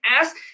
ask